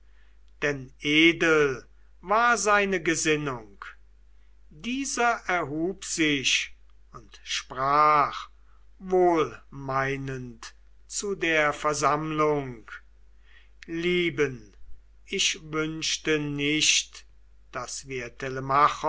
denn edel war seine gesinnung dieser erhub sich und sprach wohlmeinend zu der versammlung lieben ich wünschte nicht daß wir